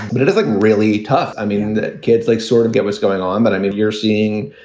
but it does look really tough. i mean, the kids like sort of get what's going on. but i mean, you're seeing,